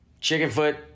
Chickenfoot